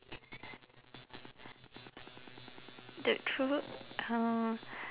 the true uh